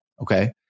Okay